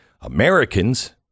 Americans